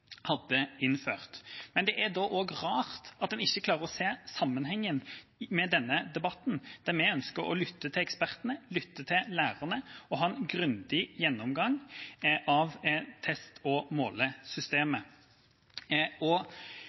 Men det er rart at man ikke klarer å se sammenhengen i denne debatten, der vi ønsker å lytte til ekspertene, lytte til lærerne og ha en grundig gjennomgang av test- og målesystemet, og